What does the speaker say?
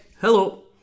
Hello